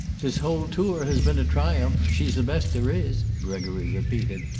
this whole tour has been a triumph. she's the best there is, gregory repeated,